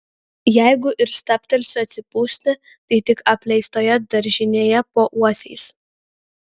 jeigu ir stabtelsiu atsipūsti tai tik apleistoje daržinėje po uosiais